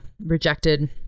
rejected